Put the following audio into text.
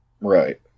Right